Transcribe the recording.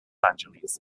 angeles